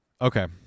Okay